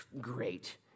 great